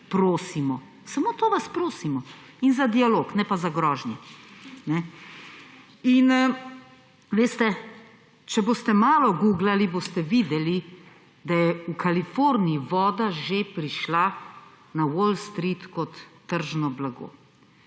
prosimo. Samo to vas prosimo in za dialog, ne pa za grožnje. Veste, če boste malo guglali, boste videli, da je v Kaliforniji voda že prišla na Wall Street kot tržno blago.